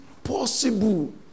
Possible